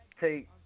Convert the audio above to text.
take